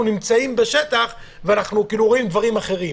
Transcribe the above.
נמצאים בשטח ואנחנו רואים דברים אחרים?